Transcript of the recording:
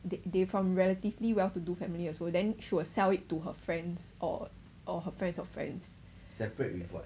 they from relatively well to do family also then she will sell it to her friends or or her friends of friends